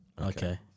Okay